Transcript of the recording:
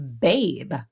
Babe